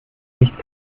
nicht